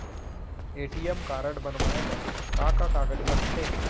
ATM card बनवाये बर का का कागज लगथे?